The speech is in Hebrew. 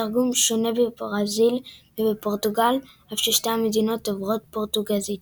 התרגום שונה בברזיל ובפורטוגל אף ששתי המדינות דוברות פורטוגזית.